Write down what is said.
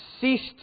ceased